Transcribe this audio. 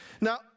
Now